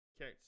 okay